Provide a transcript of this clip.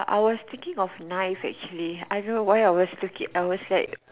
I was thinking of knives actually I don't know why I was I was like